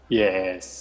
yes